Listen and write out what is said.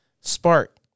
spark